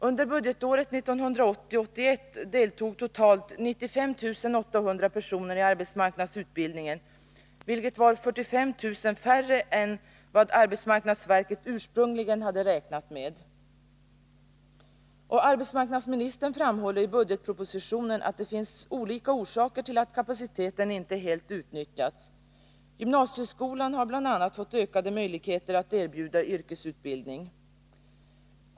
Under budgetåret 1980/81 deltog totalt 95 800 personer i arbetsmarknadsutbildning, vilket var ca 45 000 färre än AMS ursprungligen hade räknat med. Arbetsmarknadsministern framhåller i budgetpropositionen att det finns olika orsaker till att kapaciteten inte helt utnyttjats. Gymnasieskolan har bl.a. fått ökade möjligheter att erbjuda yrkesutbildning.